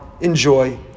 Enjoy